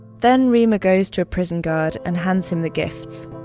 then reema goes to a prison guard and hands him the gifts.